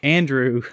Andrew